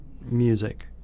music